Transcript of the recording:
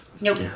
Nope